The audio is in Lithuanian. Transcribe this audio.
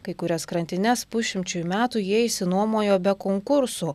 kai kurias krantines pusšimčiui metų jie išsinuomojo be konkursų